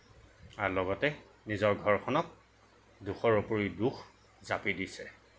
আৰু লগতে নিজৰ ঘৰখনক দুখৰ উপৰি দুখ জাপি দিছে